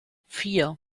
vier